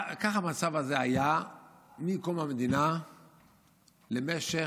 המצב הזה היה מקום המדינה למשך